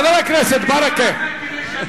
חבר הכנסת ברכה.